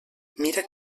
mira